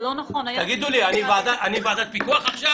תגידו לי, אני ועדת פיקוח עכשיו?